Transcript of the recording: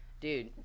Dude